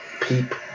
Peep